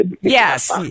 Yes